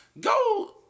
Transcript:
Go